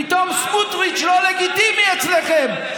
פתאום סמוטריץ' לא לגיטימי אצלכם.